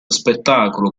spettacolo